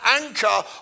anchor